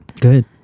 Good